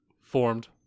Formed